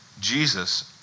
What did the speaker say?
jesus